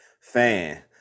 fan